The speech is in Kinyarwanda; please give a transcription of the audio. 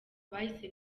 bahise